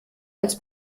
als